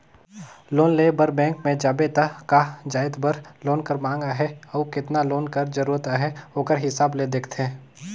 loan लेय बर bank में जाबे त का जाएत बर लोन कर मांग अहे अउ केतना लोन कर जरूरत अहे ओकर हिसाब ले देखथे